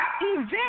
event